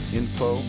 info